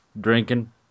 drinking